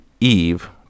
Eve